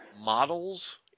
models